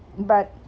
but